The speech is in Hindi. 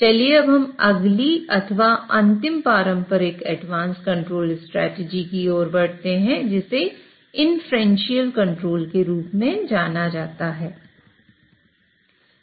चलिए अब हम एक अगली अथवा अंतिम पारंपरिक एडवांस कंट्रोल स्ट्रेटजी की ओर बढ़ते हैं जिसे इन्फ्रेंशियल कंट्रोल के रूप में जाना जाता है